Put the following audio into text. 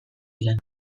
diren